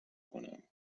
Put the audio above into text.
کنم